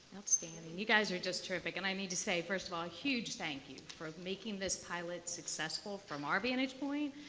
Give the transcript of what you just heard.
outstanding. you guys are just terrific. and i need to say first of all, a huge thank you for making this pilot successful from our vantage point.